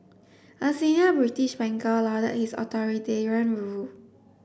a senior British banker lauded his authoritarian rule